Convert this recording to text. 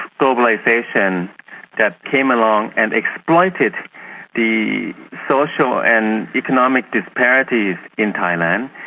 globalisation that came along and exploited the social and economic disparities in thailand.